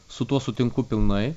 su tuo sutinku pilnai